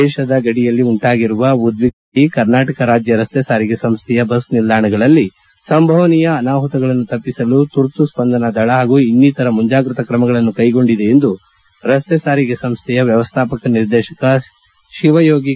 ದೇತದ ಗಡಿಯಲ್ಲಿ ಉಂಟಾಗಿರುವ ಉದ್ವಿಗ್ನ ಸ್ಥಿತಿಯಿಂದಾಗಿ ಕರ್ನಾಟಕ ರಾಜ್ಯ ರಸ್ತೆ ಸಾರಿಗೆ ಸಂಸ್ಥೆಯ ಬಸ್ ನಿಲ್ದಾಣಗಳಲ್ಲಿ ಸಂಭವನೀಯ ಅನಾಹುತಗಳನ್ನು ತಪ್ಪಿಸಲು ತುರ್ತು ಸ್ಪಂದನಾ ದಳ ಹಾಗೂ ಇನ್ನಿತರ ಮುಂಜಾಗ್ರತಾ ಕ್ರಮಗಳನ್ನು ಕೈಗೊಂಡಿದೆ ಎಂದು ರಸ್ತೆ ಸಾರಿಗೆ ಸಂಸ್ಥೆಯ ವ್ಯವಸ್ಥಾಪಕ ನಿರ್ದೇಶಕ ಶಿವಯೋಗಿ ಸಿ